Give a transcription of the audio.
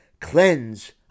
cleanse